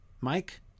Mike